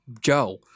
Joe